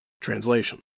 translation